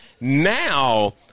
Now